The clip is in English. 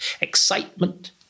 excitement